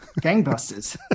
gangbusters